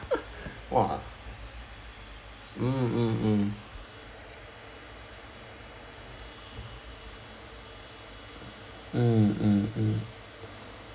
!wah! mm mm mm mm mm mm